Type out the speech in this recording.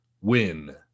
Win